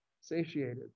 satiated